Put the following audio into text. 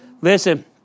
Listen